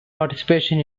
participation